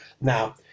Now